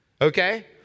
Okay